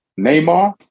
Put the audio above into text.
Neymar